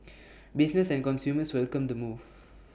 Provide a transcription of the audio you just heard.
businesses and consumers welcomed the move